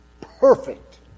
perfect